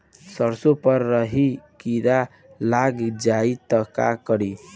सरसो पर राही किरा लाग जाई त का करी?